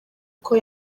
uko